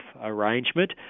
arrangement